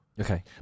Okay